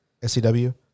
SCW